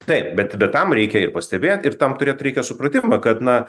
taip bet bet tam reikia ir pastebėt ir tam turėt reikia supratimą kad na